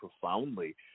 profoundly